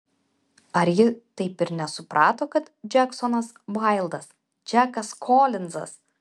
ar ji taip ir nesuprato kad džeksonas vaildas džekas kolinzas